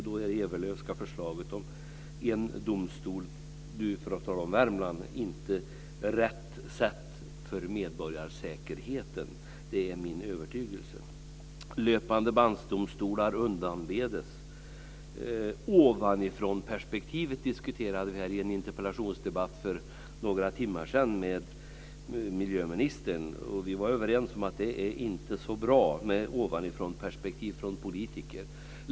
Då är det Ewerlöfska förslaget om en domstol, för att tala om Värmland, inte rätt sätt för medborgarsäkerheten. Det är min övertygelse. Löpande-band-domstolar undanbeds. Ovanifrånperspektivet diskuterade vi i en interpellationsdebatt med miljöministern för några timmar sedan. Vi var överens om att det inte är så bra med ovanifrånperspektiv från politiker.